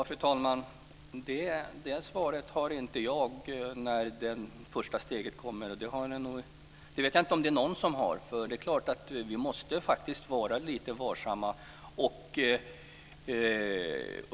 Fru talman! Svaret på när det första steget kommer har inte jag. Det vet jag inte om någon har. Vi måste faktiskt vara lite varsamma.